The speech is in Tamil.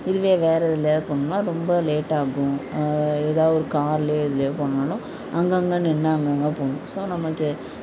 இதுவே வேற எதிலையாவது போணும்னால் ரொம்ப லேட்டாகும் எதாவது ஒரு காருல எதிலையோ போணும்னாலும் அங்கங்கே நின்று அங்கங்கே போகணும் ஸோ நமக்கு